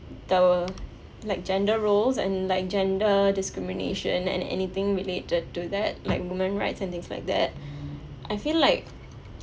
the like gender roles and like gender discrimination and anything related to that like women rights and things like that I feel like